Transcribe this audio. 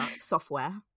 software